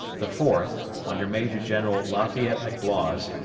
the fourth, under major-general lafayette mclaws,